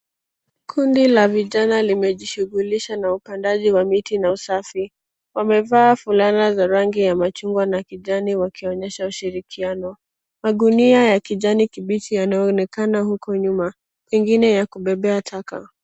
Kundi la vijana limejishugulisha na upandaji wa miti na usafi. Wamevaa fulana za rangi ya machungwa na kijani wakionyesha ushirikiano. Magunia ya kijani kibichi yanaonekana huku nyuma pengine ya kubebea taka.